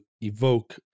evoke